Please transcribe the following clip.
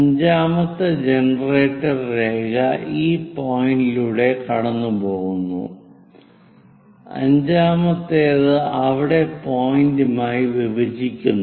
അഞ്ചാമത്തെ ജനറേറ്റർ രേഖ ഈ പോയിന്റിലൂടെ കടന്നുപോകുന്നു അഞ്ചാമത്തേത് അവിടെ പോയിന്റുമായി വിഭജിക്കുന്നു